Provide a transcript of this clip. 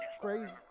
crazy